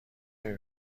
نمی